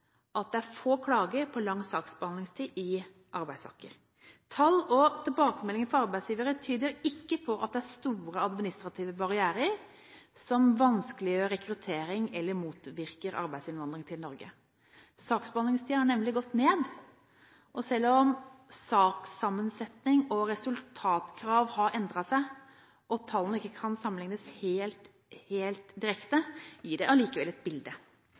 at det er få klager på lang saksbehandlingstid i arbeidssaker. Tall og tilbakemeldinger fra arbeidsgivere tyder ikke på at det er store administrative barrierer som vanskeliggjør rekruttering, eller motvirker arbeidsinnvandring til Norge. Saksbehandlingstiden har nemlig gått ned, og selv om sakssammensetting og resultatkrav har endret seg, og tallene ikke kan sammenlignes helt, helt direkte, gir de allikevel et bilde.